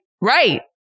Right